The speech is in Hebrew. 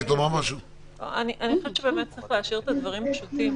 אני חושבת שבאמת צריך להשאיר את הדברים פשוטים,